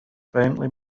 faintly